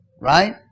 right